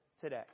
today